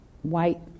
white